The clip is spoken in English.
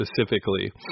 specifically